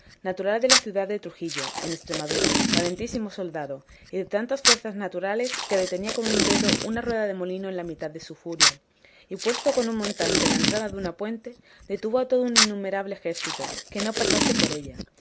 natural de la ciudad de trujillo en estremadura valentísimo soldado y de tantas fuerzas naturales que detenía con un dedo una rueda de molino en la mitad de su furia y puesto con un montante en la entrada de una puente detuvo a todo un innumerable ejército que no pasase por ella